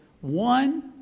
one